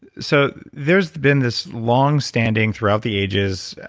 so there's been this longstanding throughout the ages